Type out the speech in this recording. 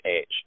age